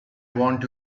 want